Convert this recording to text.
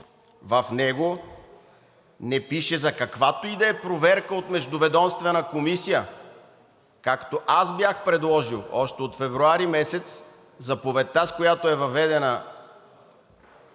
в него не пише за каквато и да е проверка от междуведомствена комисия, както аз бях предложил още от месец февруари, заповедта, с която е въведена